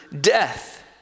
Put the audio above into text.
death